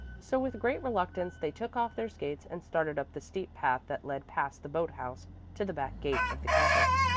so with great reluctance they took off their skates and started up the steep path that led past the boat-house to the back gate of the campus.